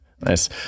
Nice